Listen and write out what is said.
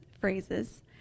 phrases